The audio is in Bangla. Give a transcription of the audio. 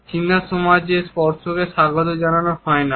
চীনা সমাজে স্পর্শকে স্বাগত জানানো হয় না